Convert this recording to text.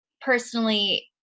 personally